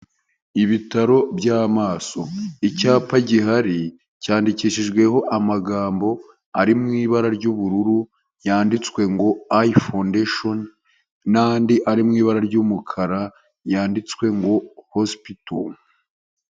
Ibitaro by'amaso, icyapa gihari cyandikishijweho amagambo ari mu ibara ry'ubururu yanyanditswe ngo "iyi fondeshoni", n'andi ari mu ibara ry'umukara ryanditswe ngo "hosipito".